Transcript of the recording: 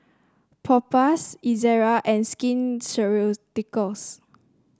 Propass Ezerra and Skin